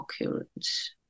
occurrence